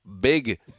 big